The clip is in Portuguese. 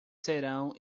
serão